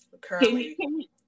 currently